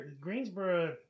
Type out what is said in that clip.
Greensboro